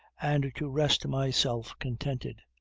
and to rest myself contented.